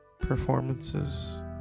performances